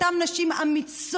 אותן נשים אמיצות,